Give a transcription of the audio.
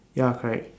ya correct